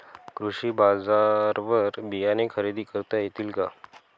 कृषी बाजारवर बियाणे खरेदी करता येतील का?